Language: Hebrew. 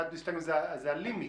1.2 זה הלימיט.